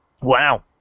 Wow